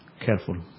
careful